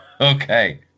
Okay